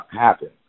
happen